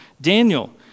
Daniel